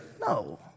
No